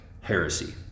heresy